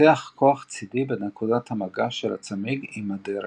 מתפתח כוח צידי בנקודת המגע של הצמיג עם הדרך.